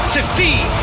Succeed